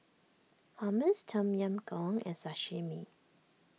Hummus Tom Yam Goong and Sashimi